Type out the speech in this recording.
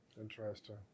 Interesting